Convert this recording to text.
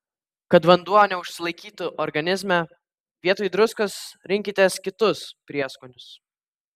kad vanduo neužsilaikytų organizme vietoj druskos rinkitės kitus prieskonius